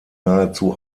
nahezu